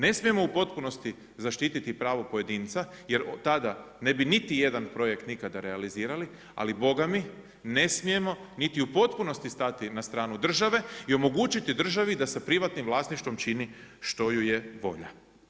Ne smijemo u potpunosti zaštiti pravo pojedinca jer tada ne bi niti jedan projekt nikada realizirali, ali Boga mi ne smijemo niti u potpunosti stati na stranu države i omogućiti državi da sa privatnim vlasništvom čini što ju je volja.